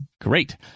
Great